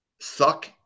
suck